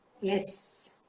Yes